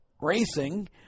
racing